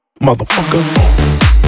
Motherfucker